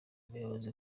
umuyobozi